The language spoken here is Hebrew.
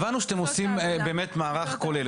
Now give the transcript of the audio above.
הבנו שאתם עושים באמת מערך כולל.